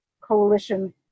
Coalition